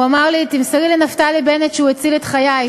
הוא אמר לי: תמסרי לנפתלי בנט שהוא הציל את חיי.